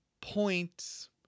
points